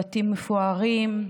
בבתים מפוארים,